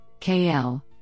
KL